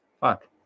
fuck